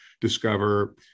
discover